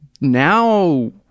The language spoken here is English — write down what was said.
now